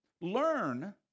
learn